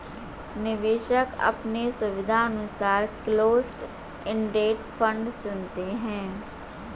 निवेशक अपने सुविधानुसार क्लोस्ड इंडेड फंड चुनते है